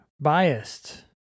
biased